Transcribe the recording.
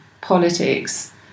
politics